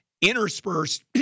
interspersed